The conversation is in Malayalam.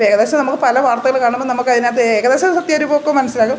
ഏകദേശം നമുക്ക് പല വാർത്തകൾ കാണുമ്പം നമുക്ക് അതിനകത്ത് ഏകദേശം സത്യ രൂപമൊക്കെ മനസിലാവും